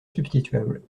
substituable